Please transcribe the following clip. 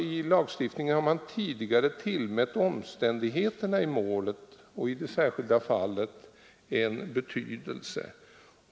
I lagstiftningen har man tidigare tillmätt omständigheterna i målet och i det särskilda fallet en viss betydelse.